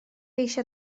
eisiau